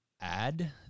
add